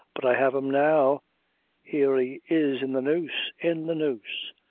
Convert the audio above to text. but i have him now here he is in the noose in the noose.